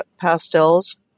pastels